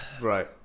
right